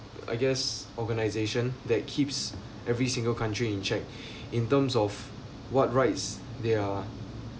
I guess organization that keeps every single country in check in terms of what right their